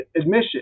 admission